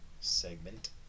segment